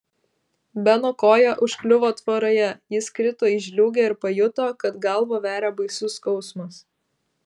beno koja užkliuvo tvoroje jis krito į žliūgę ir pajuto kad galvą veria baisus skausmas